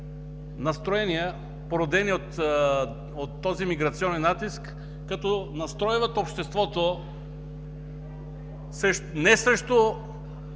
настроения, породени от този миграционен натиск, като настройват обществото не срещу